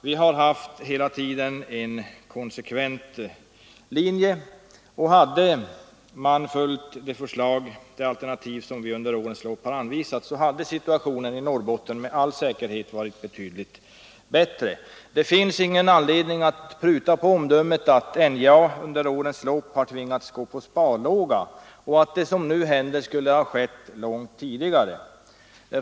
Vi har hela tiden haft en konsekvent linje, och hade man följt det alternativ som vi under årens lopp anvisat, så skulle situationen i Norrbotten med all säkerhet ha varit betydligt bättre. Det finns ingen anledning att pruta på omdömet att NJA under årens lopp har tvingats gå på sparlåga och att det som nu händer borde ha skett långt tidigare.